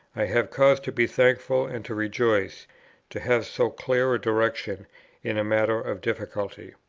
i have cause to be thankful and to rejoice to have so clear a direction in a matter of difficulty.